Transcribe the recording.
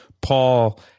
Paul